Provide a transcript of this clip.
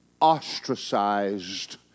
ostracized